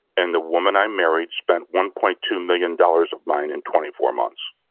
and the woman i married spent one point two million dollars of mine in twenty four months.